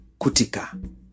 Kutika